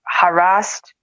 harassed